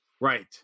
Right